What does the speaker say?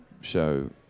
show